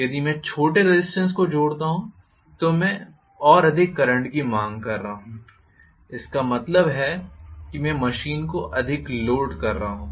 यदि मैं छोटे रेज़िस्टेन्स को जोड़ता हूं तो मैं अधिक करंट की मांग कर रहा हूं इसका मतलब है कि मैं मशीन को अधिक लोड कर रहा हूं